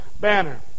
banner